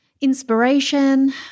inspiration